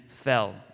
fell